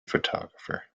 photographer